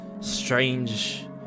strange